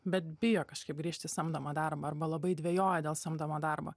bet bijo kažkaip grįžt į samdomą darbą arba labai dvejoja dėl samdomo darbo